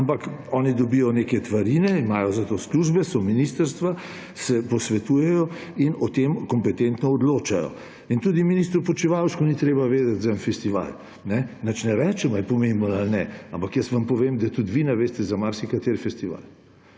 ampak oni dobijo neke tvarine, imajo za to službe, so ministrstva, se posvetujejo in o tem kompetentno odločajo. Tudi ministru Počivalšku ni treba vedeti za en festival. Nič ne rečem, ali je pomemben ali ne, ampak vam povem, da tudi vi ne veste za marsikateri festival,